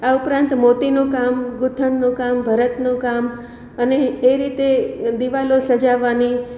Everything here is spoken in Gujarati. આ ઉપરાંત મોતીનું કામ ગૂંથણનું કામ ભરતનું કામ અને એ રીતે દીવાલો સજાવવાની